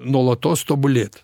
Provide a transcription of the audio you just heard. nuolatos tobulėt